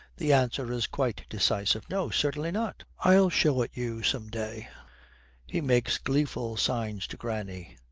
the answer is quite decisive. no, certainly not. i'll show it you some day he makes gleeful signs to granny.